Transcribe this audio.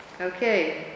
Okay